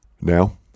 Now